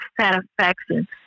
satisfaction